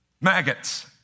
Maggots